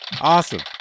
Awesome